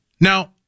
Now